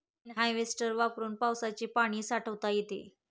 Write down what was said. rain harvester वापरून पावसाचे पाणी साठवता येते